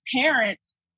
parents